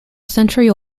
century